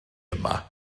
yma